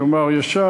אני אומר ישר,